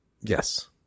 Yes